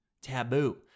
taboo